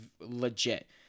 legit